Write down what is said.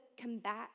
combat